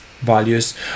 values